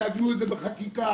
תעגנו את זה בחקיקה.